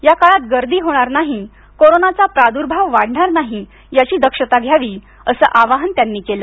याकाळात गर्दी होणार नाही कोरोनाचा प्रादुर्भाव वाढणार नाही याची दक्षता घ्यावी असे आवाहन त्यांनी केलं